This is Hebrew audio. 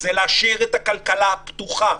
זה להשאיר את הכלכלה פתוחה.